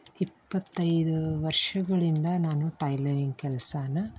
ಇಪ್ಪತ್ತೈದು ವರ್ಷಗಳಿಂದ ನಾನು ಟೈಲರಿಂಗ್ ಕೆಲಸನಾ